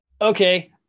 Okay